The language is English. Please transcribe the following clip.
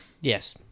Yes